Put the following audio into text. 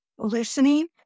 Listening